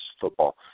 football